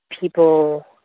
people